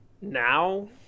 now